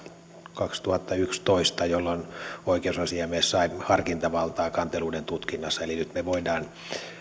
kaksituhattayksitoista jolloin oikeusasiamies sai harkintavaltaa kanteluiden tutkinnassa eli nyt me voimme